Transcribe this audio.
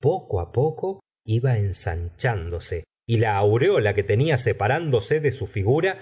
poco á poco iba ensanchdose y la aureola que tenia separándose de su figura